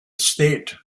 state